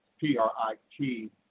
P-R-I-T